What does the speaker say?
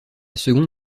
seconde